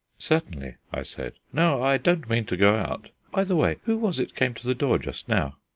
certainly, i said. no, i don't mean to go out. by the way, who was it came to the door just now?